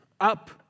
Up